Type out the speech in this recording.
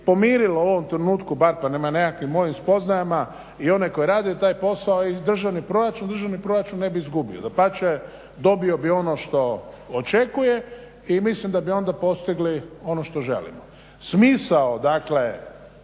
pomirilo u ovom trenutku bar prema nekakvim mojim spoznajama i one koji rade taj posao i državni proračun, državni proračun ne bi izgubio, dapače, dobio bi ono što očekuje i mislim da bi onda postigli ono što želimo. Smisao dakle